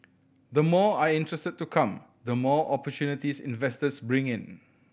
the more are interested to come the more opportunities investors bring in